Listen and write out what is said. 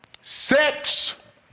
Sex